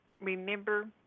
Remember